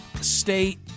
State